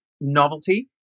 novelty